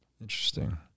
Interesting